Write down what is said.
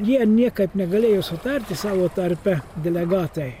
jie niekaip negalėjo sutarti savo tarpe delegatai